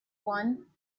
won